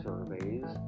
surveys